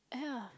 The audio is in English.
yeah